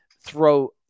throw